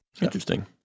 Interesting